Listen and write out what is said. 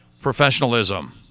professionalism